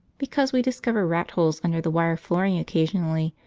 because we discover rat-holes under the wire flooring occasionally,